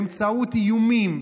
באמצעות איומים,